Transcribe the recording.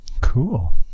Cool